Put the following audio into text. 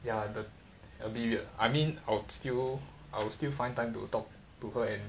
ya the a bit weird I mean I'll still I will still find time to talk to her and